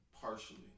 Partially